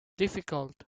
difficult